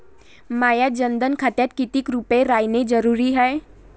माह्या जनधन खात्यात कितीक रूपे रायने जरुरी हाय?